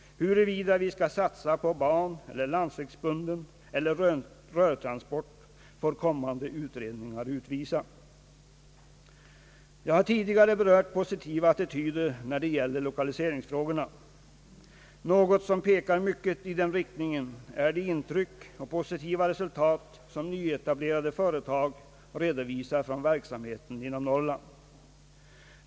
Huruvida vi skall satsa på baneller landsvägsbunden transport eller rörtransport får kommande utredningar utvisa. Jag har tidigare berört positiva attityder när det gäller lokaliseringsfrågorna. Hit hör de intryck och resultat som nyetablerade företag redovisar från verksamheten inom Norrland.